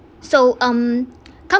so um